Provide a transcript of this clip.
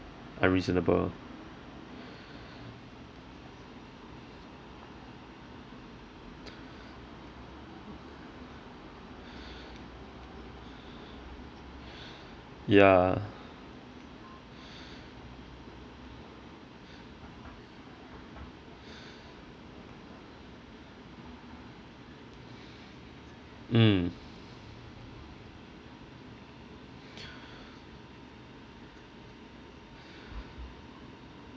unreasonable ya mm